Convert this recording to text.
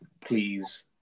please